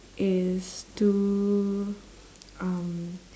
is to um